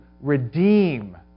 redeem